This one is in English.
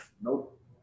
Nope